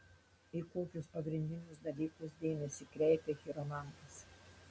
į kokius pagrindinius dalykus dėmesį kreipia chiromantas